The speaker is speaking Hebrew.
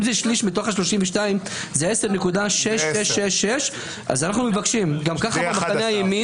אם זה שליש מתוך ה-32 זה 10.66. גם ככה מחנה הימין,